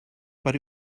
but